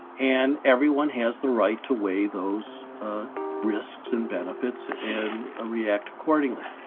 and everyone has the right to weigh those risks and benefits and ah react accordingly.